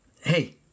Hey